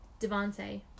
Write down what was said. Devante